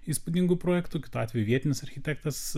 įspūdingu projektu kitu atveju vietinis architektas